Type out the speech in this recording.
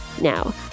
now